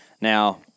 Now